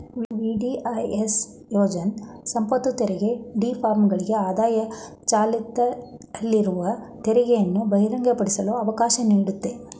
VDIS ಯೋಜ್ನ ಸಂಪತ್ತುತೆರಿಗೆ ಡಿಫಾಲ್ಟರ್ಗಳಿಗೆ ಆದಾಯ ಚಾಲ್ತಿಯಲ್ಲಿರುವ ತೆರಿಗೆದರವನ್ನು ಬಹಿರಂಗಪಡಿಸಲು ಅವಕಾಶ ನೀಡುತ್ತೆ